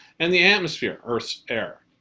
and the atmosphere, earth's air.